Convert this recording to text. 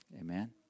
Amen